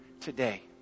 today